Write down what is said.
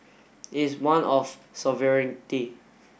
is one of sovereignty